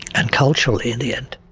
and culturally in the end.